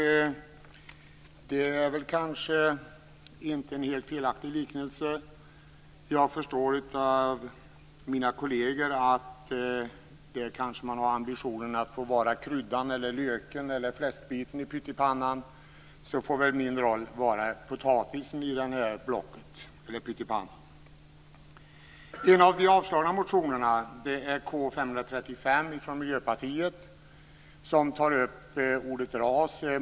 Det är kanske inte en helt felaktig liknelse. Jag förstår av mina kolleger att det finns en ambition att vara kryddan, löken eller fläskbiten i pyttipannan. Min roll får väl vara att vara potatisen. En av de avslagna motionerna, K535 från Miljöpartiet, tar upp ordet "ras".